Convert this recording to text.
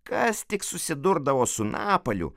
kas tik susidurdavo su napaliu